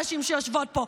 הנשים שיושבות פה,